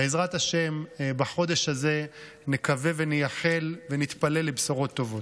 בעזרת השם בחודש הזה נקווה ונייחל ונתפלל לבשורות טובות.